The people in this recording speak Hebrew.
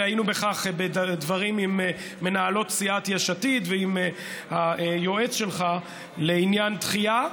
ובאנו על כך בדברים עם מנהלות סיעת יש עתיד ועם היועץ שלך לעניין דחייה.